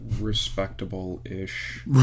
respectable-ish